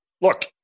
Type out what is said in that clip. look